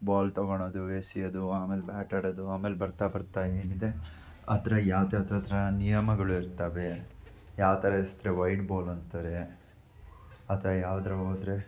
ball ತೊಗೋಳೋದು ಎಸ್ಯೋದು ಆಮೇಲೆ ಬ್ಯಾಟ್ ಆಡೋದು ಆಮೇಲೆ ಬರ್ತಾ ಬರ್ತಾ ಏನಿದೆ ಅದರ ಯಾವುದ್ರದ್ರ ನಿಯಮಗಳು ಇರ್ತವೆ ಯಾವ ಥರ ಎಸೆದ್ರೆ ವೈಡ್ ಬಾಲ್ ಅಂತಾರೆ ಆ ಥರ ಯಾವ್ದ್ರಾಗ ಹೋದರೆ